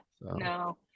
No